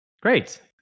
Great